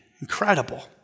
Incredible